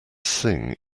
sing